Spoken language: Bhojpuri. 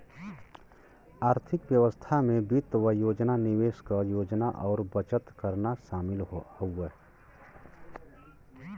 आर्थिक व्यवस्था में वित्त क योजना निवेश क योजना और बचत करना शामिल हउवे